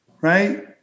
right